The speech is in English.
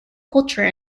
culture